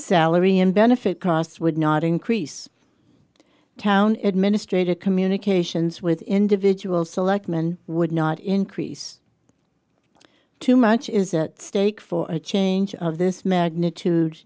salary and benefit costs would not increase town administrative communications with individual selectman would not increase too much is a stake for a change of this magnitude